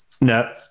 No